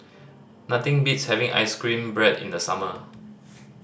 nothing beats having ice cream bread in the summer